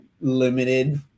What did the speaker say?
limited